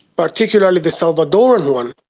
particularly the salvadorian one,